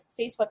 Facebook